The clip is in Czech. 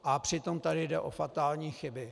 A přitom tady jde o fatální chyby.